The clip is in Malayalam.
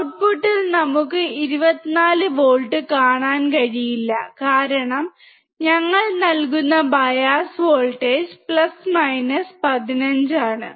ഔട്ട്പുട്ടിൽ നമുക്ക് 24 V കാണാൻ കഴിയില്ല കാരണം ഞങ്ങൾ നൽകുന്ന ബയാസ് വോൾട്ടേജ് 15 ആണ്